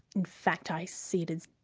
in fact i see it as